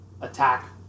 attack